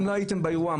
אם לא הייתם באירוע,